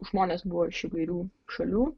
žmonės buvo iš įvairių šalių